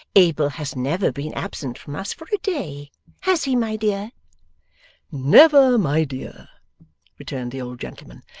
abel has never been absent from us, for a day has he, my dear never, my dear returned the old gentleman,